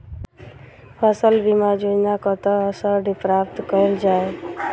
फसल बीमा योजना कतह सऽ प्राप्त कैल जाए?